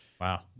Wow